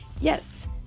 Yes